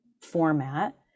format